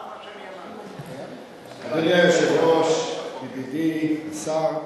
אדוני היושב-ראש, ידידי השר,